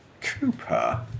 Cooper